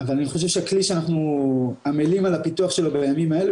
אבל אני חושב שהכלי שאנחנו עמלים על הפיתוח שלו בימים האלה,